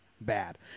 bad